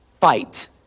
fight